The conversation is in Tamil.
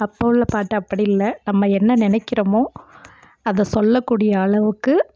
அப்போது உள்ள பாட்டு அப்படி இல்லை நம்ம என்ன நினைக்கிறமோ அதை செல்லக்கூடிய அளவுக்கு